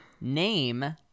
name